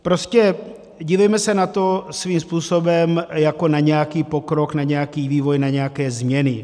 Prostě dívejme se na to svým způsobem jako na nějaký pokrok, na nějaký vývoj, na nějaké změny.